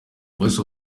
voice